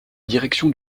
direction